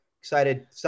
excited